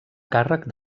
càrrec